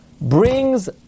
brings